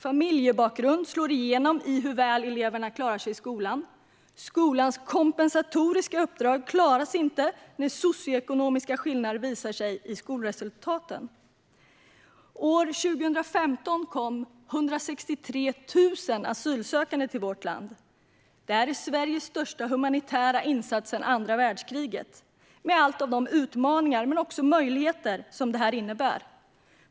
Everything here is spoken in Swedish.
Familjebakgrund slår igenom i hur väl eleverna klarar sig i skolan. Skolans kompensatoriska uppdrag klaras inte när socioekonomiska skillnader visar sig i skolresultaten. År 2015 kom 163 000 asylsökande till vårt land. Det har lett till Sveriges största humanitära insats sedan andra världskriget med alla de utmaningar men också möjligheter som det innebär.